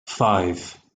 five